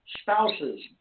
spouses